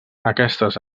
aquestes